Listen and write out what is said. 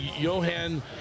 Johan